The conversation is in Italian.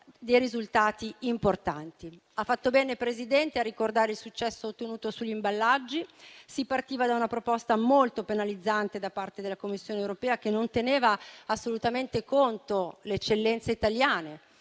Presidente del Consiglio, a ricordare il successo ottenuto sugli imballaggi: si partiva da una proposta molto penalizzante da parte della Commissione europea che non teneva assolutamente conto dell'eccellenza italiana,